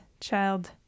child